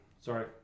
sorry